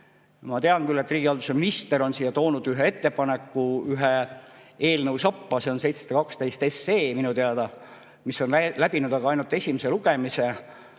tean küll, et riigihalduse minister on siia toonud ühe ettepaneku ühe eelnõu sappa, see on minu teada 712 SE, mis on aga läbinud ainult esimese lugemise.